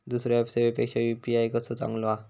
दुसरो ऍप सेवेपेक्षा यू.पी.आय कसो चांगलो हा?